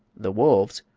the wolves,